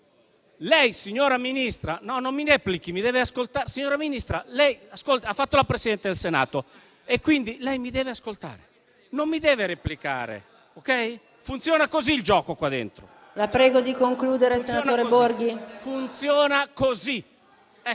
Signora Ministra, lei ha fatto la Presidente del Senato e quindi lei mi deve ascoltare, non mi deve replicare. Funziona così il gioco qua dentro. PRESIDENTE. La prego di concludere, senatore Borghi. BORGHI Enrico